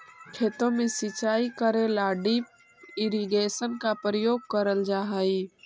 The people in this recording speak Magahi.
खेतों में सिंचाई करे ला ड्रिप इरिगेशन का प्रयोग करल जा हई